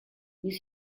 new